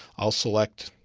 i'll select,